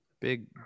big